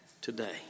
today